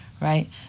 right